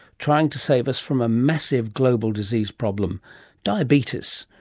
trying to save us from a massive global disease problem diabetes.